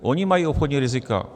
Ony mají obchodní rizika.